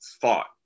thought